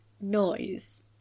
noise